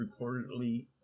reportedly